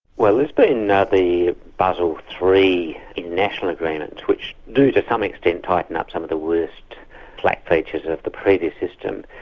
well there's been the basle three international agreements which do to some extent tighten up some of the worst slack features of the previous system.